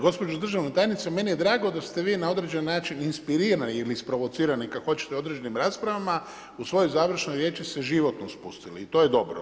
Gospođo državna tajnice, meni je drago da ste vi na određeni način inspirirani ili isprovocirani kako hoćete određenim raspravama u svoj završnoj riječi ste životno spustili i to je dobro.